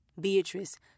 Beatrice